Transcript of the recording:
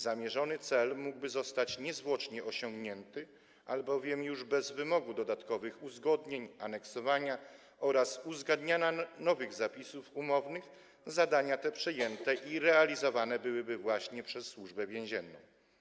Zamierzony cel mógłby zostać niezwłocznie osiągnięty, albowiem już bez wymogu dodatkowych uzgodnień, aneksowania oraz uzgadniania nowych zapisów umownych zadania te byłby przejęte i realizowane właśnie przez Służbę Więzienną.